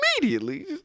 immediately